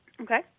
Okay